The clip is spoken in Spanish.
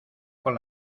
con